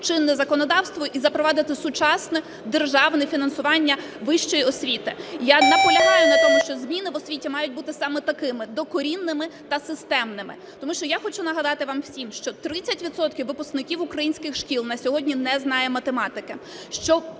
чинне законодавство і запровадити сучасне державне фінансування вищої освіти. Я наполягаю на тому, що зміни в освіті мають бути саме такими – докорінними та системними. Тому що я хочу нагадати вам всім, що 30 відсотків випускників українських шкіл на сьогодні не знає математики.